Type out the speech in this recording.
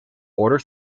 order